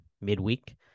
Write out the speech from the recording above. midweek